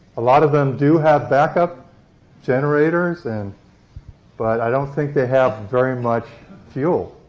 a lot of them do have back-up generators, and but i don't think they have very much fuel.